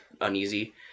uneasy